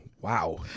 Wow